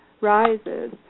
rises